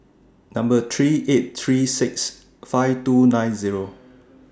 Number three eight three six five two nine Zero